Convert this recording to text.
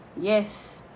yes